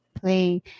playing